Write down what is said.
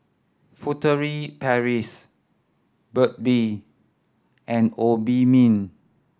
Furtere Paris Burt Bee and Obimin